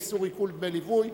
איסור עיקול דמי ליווי).